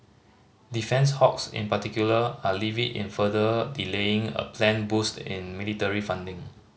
defence hawks in particular are livid in further delaying a planned boost in military funding